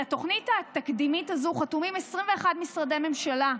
על התוכנית התקדימית הזאת חתומים 21 משרדי ממשלה.